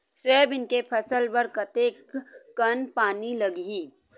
Soybean के फसल बर कतेक कन पानी लगही?